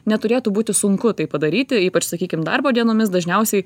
neturėtų būti sunku tai padaryti ypač sakykim darbo dienomis dažniausiai